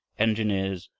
engineers,